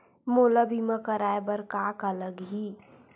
मोला बीमा कराये बर का का लगही?